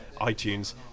iTunes